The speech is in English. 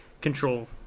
control